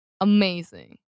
amazing